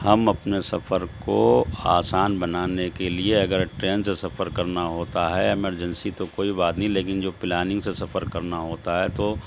ہم اپنے سفر کو آسان بنانے کے لیے اگر ٹرین سے سفر کرنا ہوتا ہے ایمرجنسی تو کوئی بات نہیں لیکن جو پلاننگ سے سفر کرنا ہوتا ہے تو